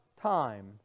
time